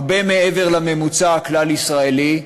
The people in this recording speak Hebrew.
הרבה מעבר לממוצע הכלל-ישראלי,